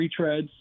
retreads